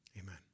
Amen